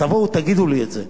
תבואו ותגידו לי את זה,